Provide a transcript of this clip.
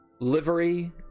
livery